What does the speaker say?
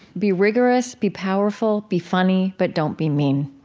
be rigorous, be powerful, be funny, but don't be mean.